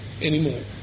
anymore